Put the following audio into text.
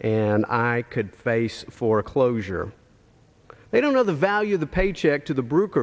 and i could face foreclosure they don't know the value of the paycheck to the brute her